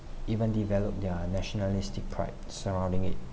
even develop their nationalistic pride surrounding it